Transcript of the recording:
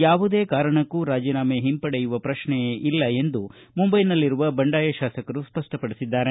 ಯಾವುದೇ ಕಾರಣಕ್ಕೂ ರಾಜೀನಾಮೆ ಹಿಂಪಡೆಯುವ ಪ್ರಶ್ನೆಯೇ ಇಲ್ಲ ಎಂದು ಮುಂಬೈನಲ್ಲಿರುವ ಬಂಡಾಯ ಶಾಸಕರು ಸ್ಪಷ್ಷಪಡಿಸಿದ್ದಾರೆ